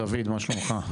דוד, מה שלומך?